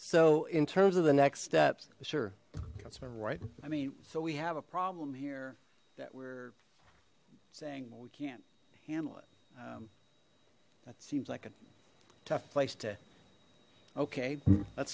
so in terms of the next steps sure that's right i mean so we have a problem here that we're saying well we can't handle it that seems like a tough place to okay let's